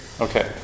Okay